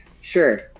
Sure